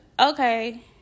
Okay